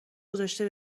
گذاشته